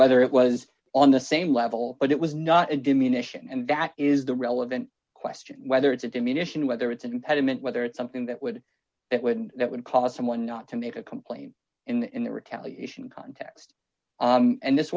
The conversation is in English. whether it was on the same level but it was not to diminish and that is the relevant question whether it's a diminishing whether it's an impediment whether it's something that would that would that would cause someone not to make a complaint in the retaliation context and this